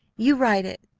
you write it,